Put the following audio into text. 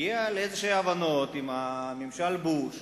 הגיעה להבנות כלשהן עם ממשל בוש,